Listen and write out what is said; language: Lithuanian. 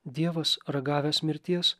dievas ragavęs mirties